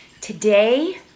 Today